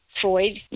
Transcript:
Freud